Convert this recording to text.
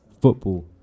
Football